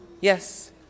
yes